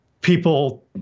people